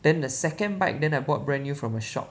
then the second bike then I bought brand new from a shop